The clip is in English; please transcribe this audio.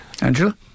Angela